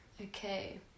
Okay